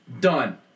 done